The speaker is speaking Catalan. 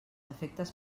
efectes